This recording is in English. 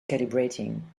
calibrating